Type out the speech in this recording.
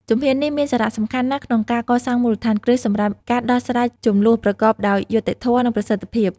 ជំហាននេះមានសារៈសំខាន់ណាស់ក្នុងការកសាងមូលដ្ឋានគ្រឹះសម្រាប់ការដោះស្រាយជម្លោះប្រកបដោយយុត្តិធម៌ និងប្រសិទ្ធភាព។